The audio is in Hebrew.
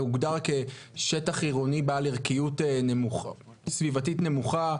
והוגדר כשטח עירוני בעל ערכיות סביבתית נמוכה,